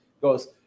goes